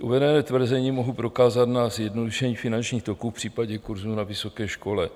Uvedené tvrzení mohu prokázat na zjednodušení finančních toků, případně kurzů na vysoké škole.